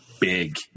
big